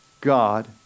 God